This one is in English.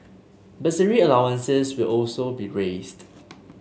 bursary allowances will also be raised